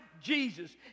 jesus